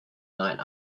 night